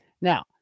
Now